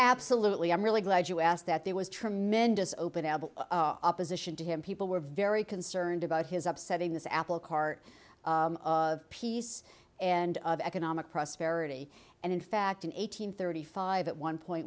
absolutely i'm really glad you asked that there was tremendous open abbott opposition to him people were very concerned about his upsetting the apple cart of peace and of economic prosperity and in fact in eight hundred thirty five at one point